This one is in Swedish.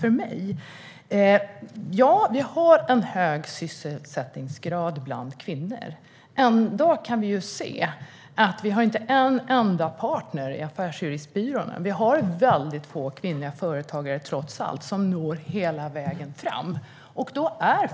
Ja, vi har en hög sysselsättningsgrad bland kvinnor. Ändå kan vi se att vi inte har en enda partner i affärsjuristbyråerna. Vi har trots allt väldigt få kvinnliga företagare som når hela vägen fram.